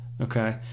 okay